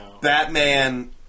Batman